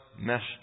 messed